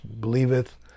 believeth